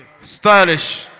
Stylish